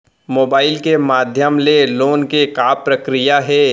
Mobile के माधयम ले लोन के का प्रक्रिया हे?